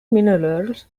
minerals